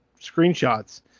screenshots